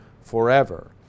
forever